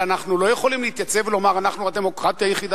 ואנחנו לא יכולים להתייצב ולומר: אנחנו הדמוקרטיה היחידה